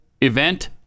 event